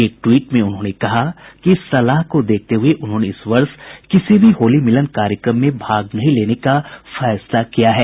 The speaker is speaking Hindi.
एक ट्वीट में उन्होंने कहा कि इस सलाह को देखते हुए उन्होंने इस वर्ष किसी भी होली मिलन कार्यक्रम में भाग नहीं लेने का फैसला किया है